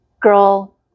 girl